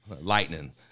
Lightning